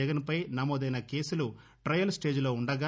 జగన్ పై నమోదైన కేసులు ట్రయల్ స్వేజ్ లో ఉండగా